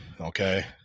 Okay